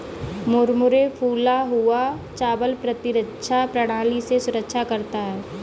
मुरमुरे फूला हुआ चावल प्रतिरक्षा प्रणाली में सुधार करता है